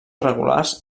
regulars